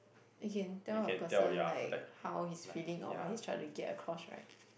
you can tell a person like how he's feeling or what he's trying to get across right